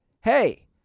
hey